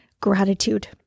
gratitude